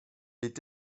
est